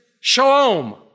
shalom